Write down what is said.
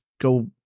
go